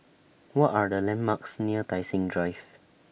What Are The landmarks near Tai Seng Drive